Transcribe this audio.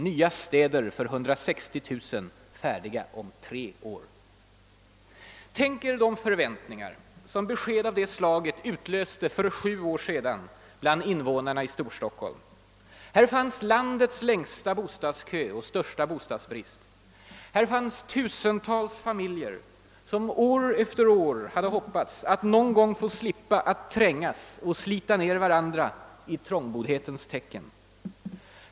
Nya 'städer” för 160 000 färdiga om tre år!» Tänk er de förväntningar som besked av det slaget utlöste för sju år sedan bland invånarna i Storstockholm! Här fanns landets längsta bostadskö och största bostadsbrist. Här fanns tusentals familjer, som år efter år hade hoppats att någon gång få slippa att trängas och slita ned varandra i trångboddhetens tecken.